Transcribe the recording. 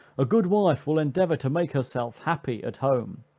a good wife will endeavor to make herself happy at home,